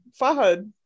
Fahad